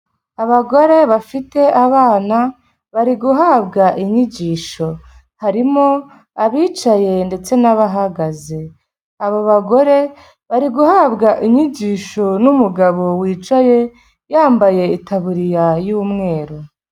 Abagore bafite abana bari guhabwa inyigisho, harimo abicaye ndetse n'abahagaze, abo bagore bari guhabwa inyigisho n'umugabo wicaye yambaye itaburiya y'umweru.